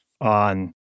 on